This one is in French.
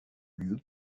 lieu